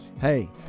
hey